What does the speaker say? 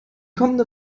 kommende